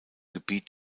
gebiet